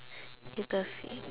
you got